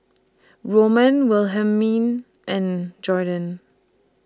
Roman Wilhelmine and Jorden